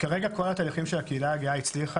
כרגע כל התהליכים שהקהילה הגאה הצליחה,